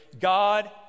God